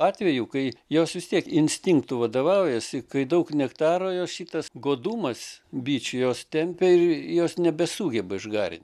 atvejų kai jos vis tiek instinktu vadovaujasi kai daug nektaro jos šitas godumas bičių jos tempia ir jos nebesugeba išgarint